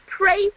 pray